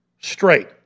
straight